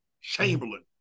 Chamberlain